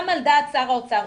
גם על דעת שר האוצר,